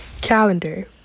Calendar